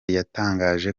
yatangaje